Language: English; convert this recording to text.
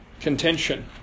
contention